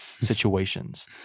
situations